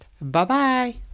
Bye-bye